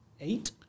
eight